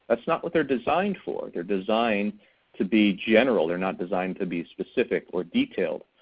that's not what they're designed for. they're designed to be general. they're not designed to be specific or detailed.